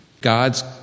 God's